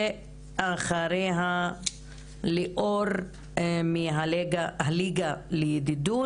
ואחריה ליאור מ'הליגה לידידות'